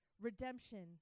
redemption